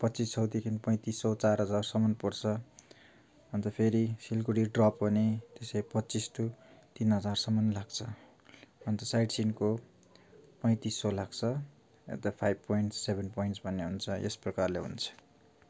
पच्चिस सयदेखि पैँतिस सय चार हजारसम्म पर्छ अन्त फेरि सिलगडी ड्रप गर्ने त्यसै पच्चिस टु तिन हजारसम्म लाग्छ अन्त साइडसिनको पैँतिस सय लाग्छ वा त फाइभ पोइन्ट्स सेभेन पोइन्ट्स भन्ने हुन्छ यस प्रकारले हुन्छ